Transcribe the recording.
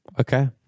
Okay